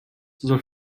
soll